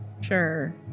Sure